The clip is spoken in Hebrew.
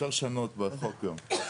אפשר לשנות בחוק גם.